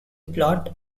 plot